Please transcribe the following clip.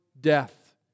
death